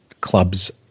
clubs